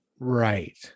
Right